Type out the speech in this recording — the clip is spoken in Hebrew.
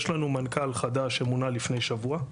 יש לנו מנכ"ל חדש שמונה לפני שבוע,